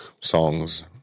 songs